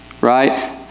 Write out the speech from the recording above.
right